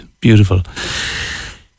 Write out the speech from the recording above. Beautiful